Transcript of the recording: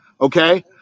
okay